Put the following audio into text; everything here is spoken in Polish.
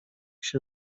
się